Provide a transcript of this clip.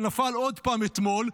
שנפל עוד פעם אתמול,